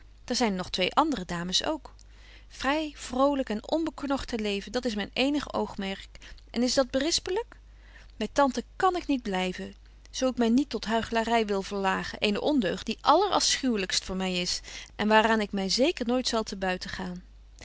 daar zyn nog twee andere dames ook vry vrolyk en onbeknort te leven dit is myn eenig oogmerk en is dat berispelyk by tante kan ik niet blyven zo ik my niet tot huichlary wil verlagen eene ondeugd die allerafschuwlykst voor my is en waar aan ik my zeker nooit zal te